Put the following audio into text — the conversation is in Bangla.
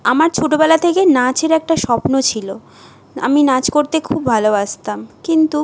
আমার ছোটোবেলা থেকে নাচের একটা স্বপ্ন ছিল আমি নাচ করতে খুব ভালোবাসতাম কিন্তু